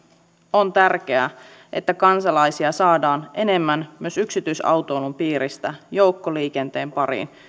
on tärkeää että kansalaisia saadaan enemmän myös yksityisautoilun piiristä joukkoliikenteen pariin